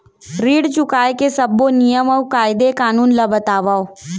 ऋण चुकाए के सब्बो नियम अऊ कायदे कानून ला बतावव